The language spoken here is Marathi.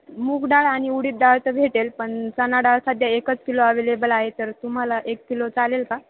मूग डाळ आणि उडीद डाळ तर भेटेल पण चणा डाळ सध्या एकच किलो अवेलेबल आहे तर तुम्हाला एक किलो चालेल का